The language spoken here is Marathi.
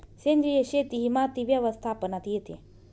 सेंद्रिय शेती ही माती व्यवस्थापनात येते